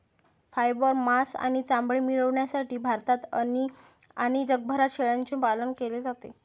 fibre, मांस आणि चामडे मिळविण्यासाठी भारतात आणि जगभरात शेळ्यांचे पालन केले जाते